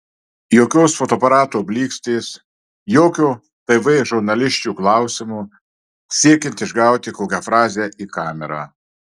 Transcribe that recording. jokios fotoaparato blykstės jokio tv žurnalisčių klausimo siekiant išgauti kokią frazę į kamerą